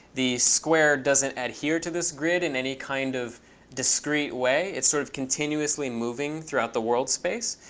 the square doesn't adhere to this grid in any kind of discrete way. it's sort of continuously moving throughout the world space.